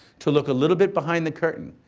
to look a little bit behind the curtain,